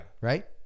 Right